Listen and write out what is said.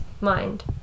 mind